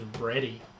ready